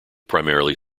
primarily